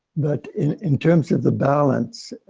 but in, in terms of the balance,